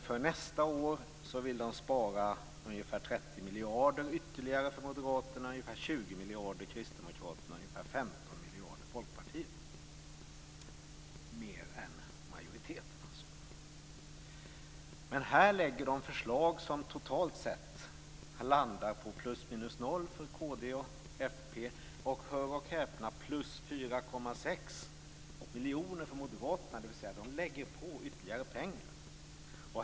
För nästa år vill Moderaterna spara ungefär 30 miljarder yttterligare, och Kristdemokraterna ungefär 20 miljarder och Folkpartiet ungefär 15 miljarder mer än majoriteten. Men här lägger de fram förslag som totalt sett landar på plus minus noll för kd och fp och, hör och häpna, plus 4,6 miljoner för moderaterna, dvs. de lägger på ytterligare pengar.